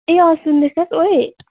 ए अँ सुन्दैछस् ओइ